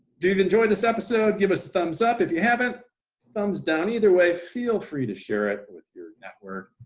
did you enjoy this episode? give us a thumbs up if you haven't thumbs down. either way, feel free to share it with your network.